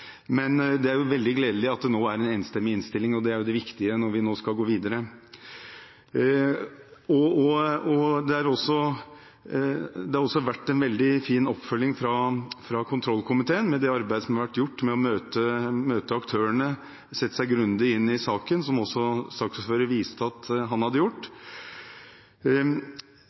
men det er veldig gledelig at det nå er en enstemmig innstilling. Det er det viktige når vi nå skal gå videre. Det har også vært en veldig fin oppfølging fra kontrollkomiteen med det arbeidet som har vært gjort med å møte aktørene og sette seg grundig inn i saken, som også saksordføreren viste til at han hadde gjort.